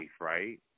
right